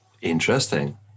Interesting